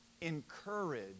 encourage